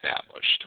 established